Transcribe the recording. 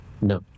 No